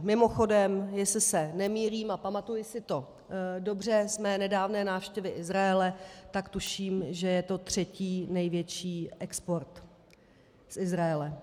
Mimochodem, jestli se nemýlím a pamatuji si to dobře ze své nedávné návštěvy Izraele, tuším, že je to třetí největší export z Izraele.